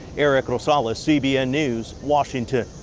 erik rosales, cbn news, washington.